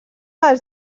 dels